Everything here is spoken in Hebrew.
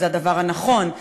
זה הדבר הנכון,